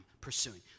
pursuing